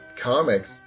comics